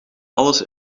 alles